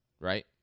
right